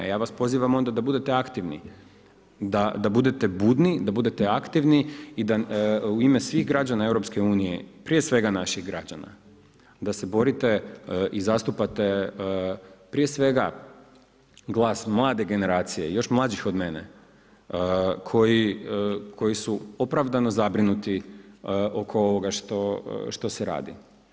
Ja vas pozivam onda da budete aktivni, da budete budni, da budete aktivni i da u ime svih građana EU prije svega naših građana da se borite i zastupate prije svega glas mlade generacije i još mlađih od mene koji su opravdano zabrinuti oko ovoga što se radi.